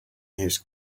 his